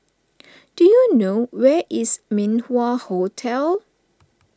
do you know where is Min Wah Hotel